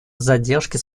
задержки